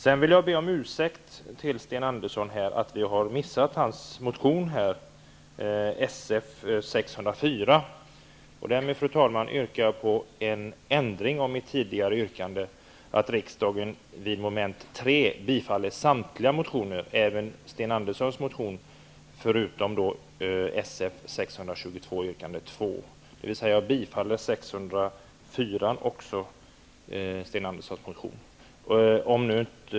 Sedan vill jag be Sten Andersson om ursäkt för att vi har missat hans motion Sf604. Jag yrkar därför, fru talman, en ändring av mitt tidigare yrkande, att riksdagen vid mom. 3 bifaller samtliga motioner, även Sten Anderssons motion, förutom Sf622, yrkande 2. Jag yrkar alltså också bifall till Sten Anderssons motion SF604.